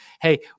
Hey